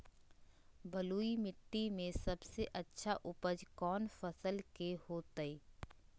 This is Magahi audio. बलुई मिट्टी में सबसे अच्छा उपज कौन फसल के होतय?